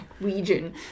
region